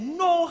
no